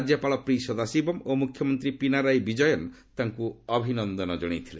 ରାଜ୍ୟପାଳ ପି ସଦାଶିବମ୍ ଓ ମୁଖ୍ୟମନ୍ତ୍ରୀ ପୀନାରାଇ ବିଜୟନ୍ ତାଙ୍କୁ ଅଭିନନ୍ଦନ ଜଣାଇଥିଲେ